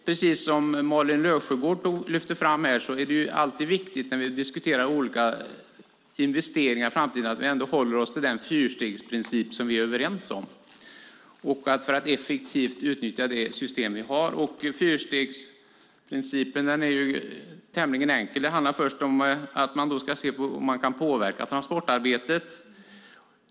Precis som Malin Löfsjögård lyfte fram här är det alltid viktigt när vi diskuterar olika investeringar i framtiden att vi håller oss till den fyrstegsprincip som vi är överens om för att effektivt utnyttja det system som vi har. Fyrstegsprincipen är tämligen enkel. Det handlar om att man ska se om man kan påverka transportarbetet.